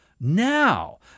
Now